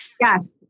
Yes